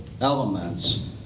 elements